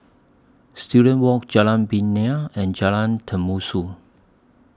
Student Walk Jalan Binja and Jalan